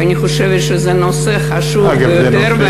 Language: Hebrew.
ואני חושבת שזה נושא חשוב ביותר,